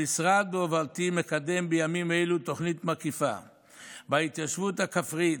המשרד בהובלתי מקדם בימים אלו תוכנית מקיפה בהתיישבות הכפרית.